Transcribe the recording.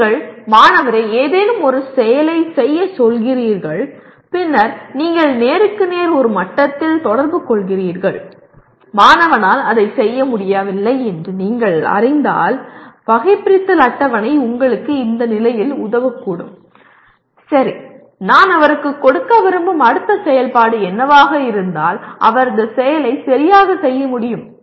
நீங்கள் மாணவரை ஏதேனும் ஒரு செயலைச் செய்யச்சொல்கிறீர்கள் பின்னர் நீங்கள் நேருக்கு நேர் ஒரு மட்டத்தில் தொடர்புகொள்கிறீர்கள் மாணவனால் அதைச் செய்ய முடியவில்லை என நீங்கள் அறிந்தால் வகைபிரித்தல் அட்டவணை உங்களுக்கு இந்நிலையில் உதவக்கூடும் சரி நான் அவருக்கு கொடுக்க விரும்பும் அடுத்த செயல்பாடு என்னவாக இருந்தால் அவர் இந்த செயலை சரியாக செய்ய முடியும்